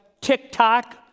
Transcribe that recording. TikTok